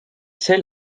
sel